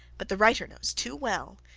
but the writer knows too well,